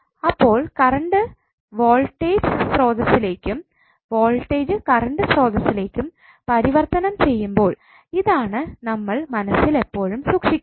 അപ്പോൾ current voltage സ്രോതസ്സ്ലേക്കും voltage current സ്രോതസ്സ്ലേക്കും പരിവർത്തനം ചെയ്യുമ്പോൾ ഇതാണ് നമ്മൾ മനസ്സിൽ എപ്പോഴും സൂക്ഷിക്കേണ്ടത്